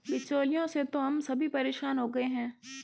बिचौलियों से तो हम सभी परेशान हो गए हैं